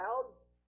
clouds